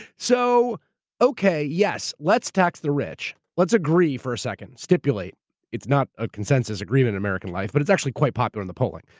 so okay yes, let's tax the rich. let's agree for a second, stipulate it's not a consensus agreement american life, but it's actually quite popular in the polling.